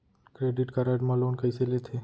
Credit card मा loan कइसे लेथे?